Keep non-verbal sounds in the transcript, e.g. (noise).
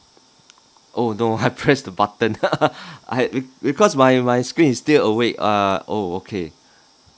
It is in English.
oh no I (laughs) pressed the button (laughs) I be~ because my my screen is still awake uh oh okay